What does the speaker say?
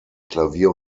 klavier